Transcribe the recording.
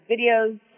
videos